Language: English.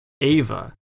Ava